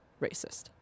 racist